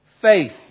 faith